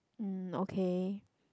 um okay